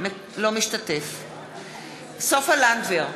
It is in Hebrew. לא משתתף בהצבעה סופה לנדבר,